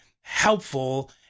helpful